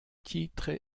titre